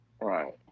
right